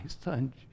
son